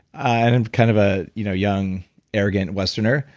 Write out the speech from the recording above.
i'm kind of a you know young arrogant westerner,